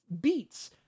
beats